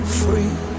free